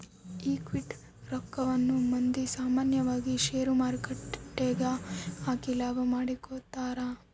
equity ರಕ್ಕವನ್ನ ಮಂದಿ ಸಾಮಾನ್ಯವಾಗಿ ಷೇರುಮಾರುಕಟ್ಟೆಗ ಹಾಕಿ ಲಾಭ ಮಾಡಿಕೊಂತರ